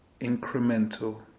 incremental